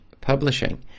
Publishing